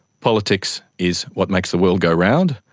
politics is what makes the world go round,